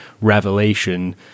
revelation